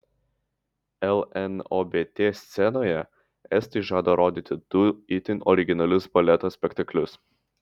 lnobt scenoje estai žada rodyti du itin originalius baleto spektaklius